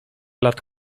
lat